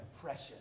precious